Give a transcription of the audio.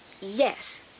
Yes